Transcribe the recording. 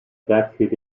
backseat